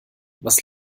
was